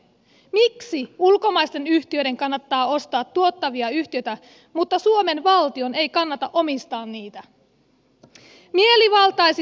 miksi ulkomaisten yhtiöiden kannattaa ostaa tuottavia yhtiöitä mutta suomen valtion ei kannata omistaa niitä